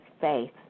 faith